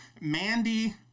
Mandy